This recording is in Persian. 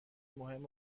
مهم